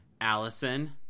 Allison